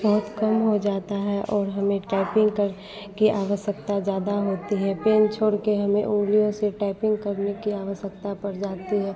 बहुत कम हो जाता है और हमें टाइपिंग कर की आवश्यकता ज़्यादा होती है पेन छोड़कर हमें उंगलियों से टाइपिंग करने की आवश्यकता पड़ जाती है